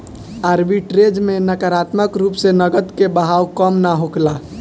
arbitrage में नकारात्मक रूप से नकद के बहाव कम ना होला